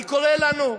אני קורא לנו,